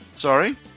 Sorry